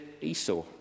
Esau